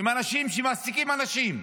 עם אנשים שמעסיקים אנשים,